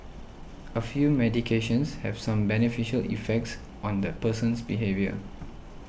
a few medications have some beneficial effects on the person's behaviour